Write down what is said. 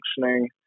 functioning